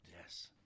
Yes